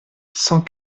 cent